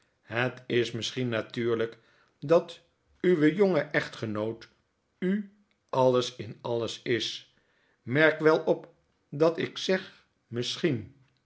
het is misschien natuurlyk dat uw jonge echtgenoot u alles in alles is merk wel op dat ik zeg misschien